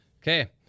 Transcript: okay